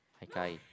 gai gai